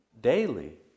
daily